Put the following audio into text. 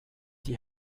die